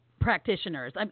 practitioners